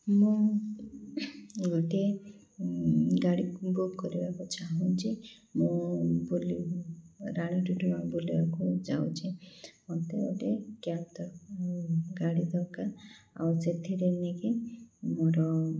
ମୁଁ ଗୋଟିଏ ଗାଡ଼ିକୁ ବୁକ୍ କରିବାକୁ ଚାହୁଁଛି ମୁଁ ବୁ ରାଣୀ ଡୁଡୁମା ବୁଲିବାକୁ ଚାହୁଁଛି ମତେ ଗୋଟେ କ୍ୟାବ ଗାଡ଼ି ଦରକାର ଆଉ ସେଥିରେ ନେଇକି ମୋର